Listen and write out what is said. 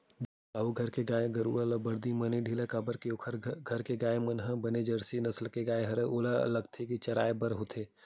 बिसाहू घर गाय गरु ल बरदी म नइ ढिलय काबर के ओखर घर के गाय मन ह बने जरसी नसल के गाय हरय ओला अलगे ले चराय बर होथे